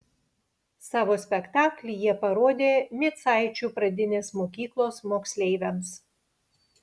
savo spektaklį jie parodė micaičių pradinės mokyklos moksleiviams